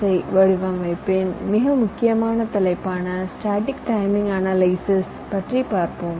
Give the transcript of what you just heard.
ஐ வடிவமைப்பின் மிக முக்கியமான தலைப்பான ஸ்டேட்டிக் டைமிங் அனலைசிஸ் பற்றி பார்ப்போம்